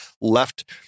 left